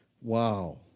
Wow